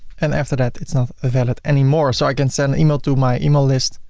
and after that it's not valid anymore. so i can send email to my email list,